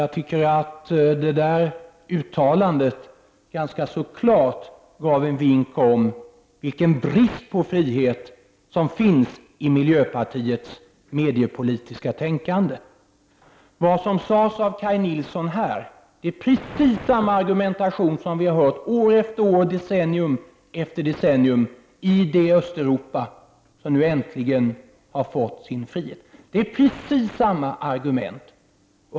Jag tycker att detta uttalande ganska klart gav en vink om den brist på frihet som finns i miljöpartiets mediepolitiska tänkande. Det som här sades av Kaj Nilsson är precis samma argumentation som vi hört år efter år, decennium efter decennium, i det Östeuropa som nu äntligen har fått sin frihet. Det är exakt samma argument.